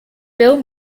bill